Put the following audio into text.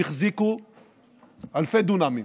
הם החזיקו אלפי דונמים,